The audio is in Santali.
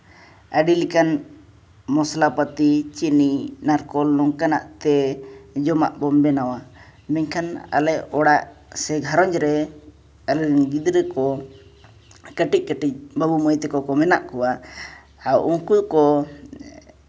ᱟᱹᱰᱤ ᱞᱮᱠᱟᱱ ᱢᱚᱥᱞᱟᱯᱟᱹᱛᱤ ᱪᱤᱱᱤ ᱱᱟᱲᱠᱳᱞ ᱱᱚᱝᱠᱟᱱᱟᱜ ᱛᱮ ᱡᱚᱢᱟᱜ ᱵᱚᱱ ᱵᱮᱱᱟᱣᱟ ᱢᱮᱱᱠᱷᱟᱱ ᱟᱞᱮ ᱚᱲᱟᱜ ᱥᱮ ᱜᱷᱟᱨᱚᱸᱡᱽ ᱨᱮ ᱟᱞᱮ ᱨᱮᱱ ᱜᱤᱫᱽᱨᱟᱹ ᱠᱚ ᱠᱟᱹᱴᱤᱡ ᱠᱟᱹᱴᱤᱡ ᱵᱟᱹᱵᱩ ᱢᱟᱹᱭ ᱛᱟᱠᱚ ᱢᱮᱱᱟᱜ ᱠᱚᱣᱟ ᱟᱨ ᱩᱱᱠᱩ ᱠᱚ